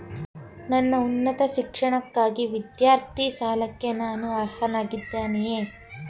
ನನ್ನ ಉನ್ನತ ಶಿಕ್ಷಣಕ್ಕಾಗಿ ವಿದ್ಯಾರ್ಥಿ ಸಾಲಕ್ಕೆ ನಾನು ಅರ್ಹನಾಗಿದ್ದೇನೆಯೇ?